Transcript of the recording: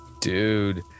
dude